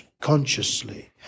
consciously